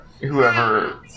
whoever